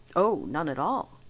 oh, none at all,